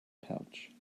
pouch